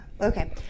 okay